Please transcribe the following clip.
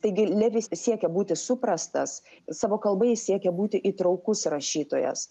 taigi levis siekia būti suprastas savo kalba jis siekia būti įtraukus rašytojas